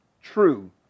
true